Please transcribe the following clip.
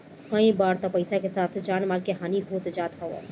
कई बार तअ पईसा के साथे जान माल के हानि हो जात हवे